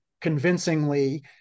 convincingly